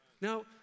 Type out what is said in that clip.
Now